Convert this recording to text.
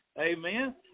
Amen